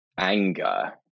anger